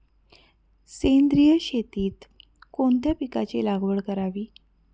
सेंद्रिय शेतीत कोणत्या पिकाची लागवड करावी?